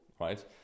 right